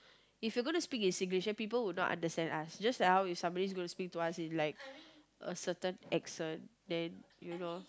if you going to speak in Singlish then people will not understand us just like somebody is going to speak to us in like a certain accent then you know